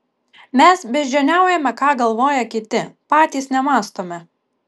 mes beždžioniaujame ką galvoja kiti patys nemąstome